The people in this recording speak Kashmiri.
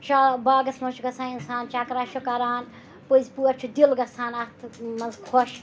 شال باغَس منٛز چھِ گَژھان اِنسان چَکرہ چھُ کَران پٔزۍ پٲٹھۍ چھُ دِل گَژھان اَتھ منٛز خۄش